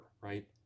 right